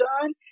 done